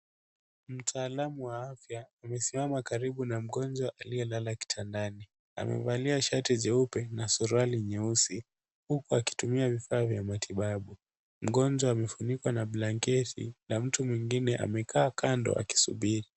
Mtaalamu wa afya amesimama karibu na mgonjwa aliyelala kitandani. amevalia shati jeupe na suruali nyeusi huku akitumia vifaa vya matibabu. mgonjwa amefunikwa na blanketi na mtu mwingine amekaa kando akisubiri.